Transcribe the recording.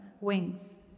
wings